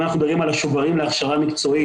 אם אנחנו מדברים על שוברים להכשרה מקצועית,